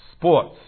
Sports